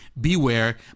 beware